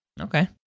Okay